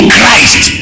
Christ